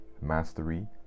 mastery